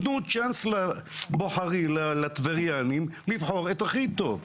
תנו צ'אנס לבוחרים, לטבריינים לבחור את הכי טוב.